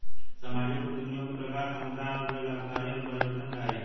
सामाजिक उद्यमियों के प्रकार समुदाय, गैर लाभकारी और परिवर्तनकारी हैं